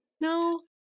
No